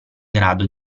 grado